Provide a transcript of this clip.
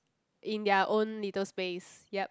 in their own little space yup